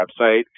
website